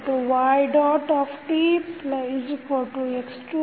ytx1t ytx2t